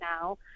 now